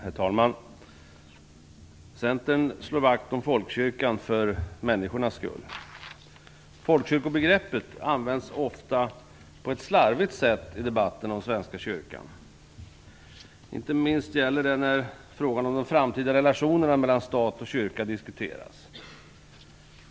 Herr talman! Centern slår vakt om folkkyrkan för människornas skull. Folkkyrkobegreppet används ofta på ett slarvigt sätt i debatten om Svenska kyrkan. Inte minst gäller det när frågan om de framtida relationerna mellan stat och kyrka diskuteras.